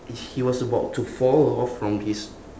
he was about to fall off from his